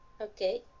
okay